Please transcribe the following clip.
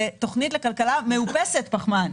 תיקנו אותה לתוכנית לכלכלה מאופסת פחמן.